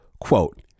Quote